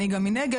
מנגד,